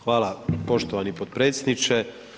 Hvala poštovani potpredsjedniče.